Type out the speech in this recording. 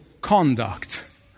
conduct